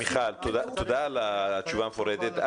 מיכל, תודה על התשובה המפורטת.